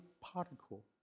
particle